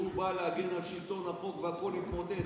שהוא בא להגן על שלטון החוק והכול התמוטט.